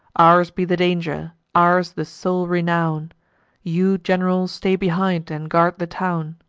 ours be the danger, ours the sole renown you, gen'ral, stay behind, and guard the town